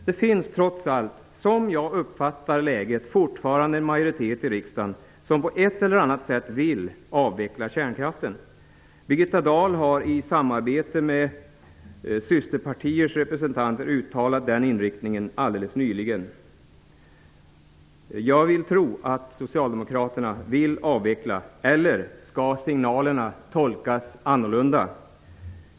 Som jag uppfattar läget finns det trots allt fortfarande en majoritet i riksdagen som på ett eller annat sätt vill avveckla kärnkraften. Birgitta Dahl har i samarbete med systerpartiers representanter uttalat sig i den riktningen alldeles nyligen. Jag vill tro att socialdemokraterna vill avveckla kärnkraften, eller skall signalerna tolkas annorlunda?